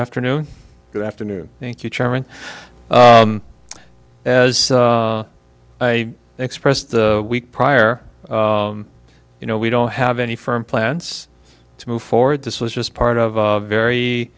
afternoon good afternoon thank you chairman as i expressed the week prior you know we don't have any firm plans to move forward this was just part of a very